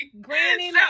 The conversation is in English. Granny